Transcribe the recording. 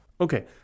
Okay